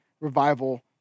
revival